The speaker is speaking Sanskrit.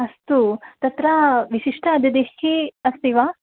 अस्तु तत्र विशिष्टा अतिथिः अस्ति वा